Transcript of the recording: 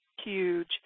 Huge